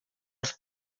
els